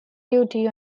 duty